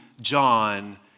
John